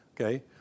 Okay